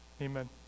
Amen